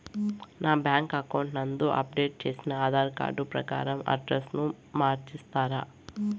నా bank account నందు update చేసిన ఆధార్ కార్డు ప్రకారం అడ్రస్ ను మార్చిస్తారా?